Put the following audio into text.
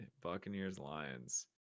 Buccaneers-Lions